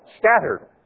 scattered